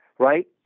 Right